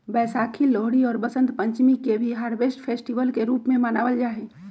वैशाखी, लोहरी और वसंत पंचमी के भी हार्वेस्ट फेस्टिवल के रूप में मनावल जाहई